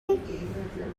you